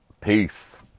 Peace